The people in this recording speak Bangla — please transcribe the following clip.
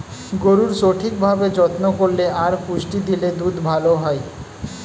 গরুর সঠিক ভাবে যত্ন করলে আর পুষ্টি দিলে দুধ ভালো হয়